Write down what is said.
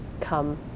Come